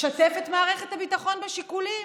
שתף את מערכת הביטחון בשיקולים.